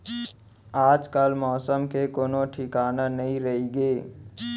आजकाल मौसम के कोनों ठिकाना नइ रइगे